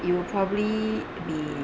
it will probably be